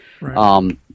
Right